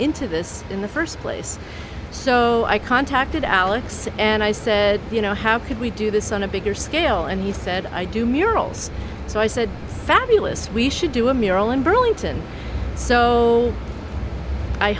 into this in the first place so i contacted alex and i said you know how could we do this on a bigger scale and he said i do murals so i said fabulous we should do a mural in burlington so i